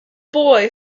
boy